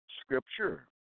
scripture